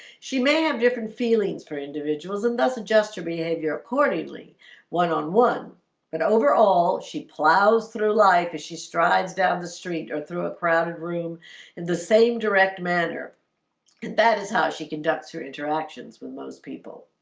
she may have different feelings for individuals and thus adjust her behavior accordingly one on one but overall she plows through life as she strides down the street or through a crowded room in the same direct manner and that is how she conducts her interactions with most people.